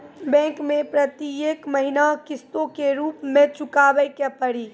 Bank मैं प्रेतियेक महीना किस्तो के रूप मे चुकाबै के पड़ी?